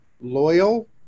loyal